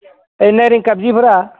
ए नारें खारजिफोरा